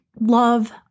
love